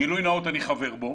- גילוי נאות, אני חבר בו